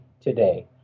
today